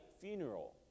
funeral